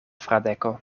fradeko